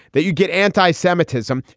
that you get anti-semitism.